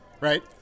right